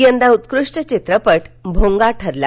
यंदा उत्कृष्ट चित्रपट भोंगा ठरला